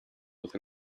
with